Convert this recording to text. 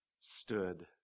stood